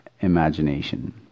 imagination